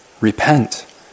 repent